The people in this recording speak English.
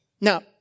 Now